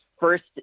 First